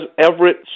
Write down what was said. everett